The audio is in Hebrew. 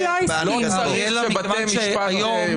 שהיא לא שלטון חוק זה בהכרח שיש חוקה כתובה,